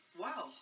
Wow